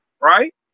right